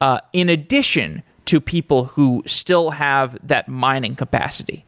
ah in addition to people who still have that mining capacity?